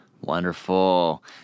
Wonderful